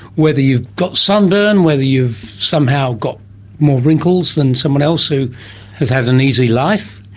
whether you've got sunburn, whether you've somehow got more wrinkles than someone else who has had an easy life?